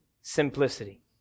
simplicity